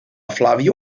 flavio